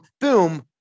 boom